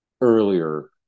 earlier